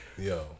Yo